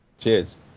Cheers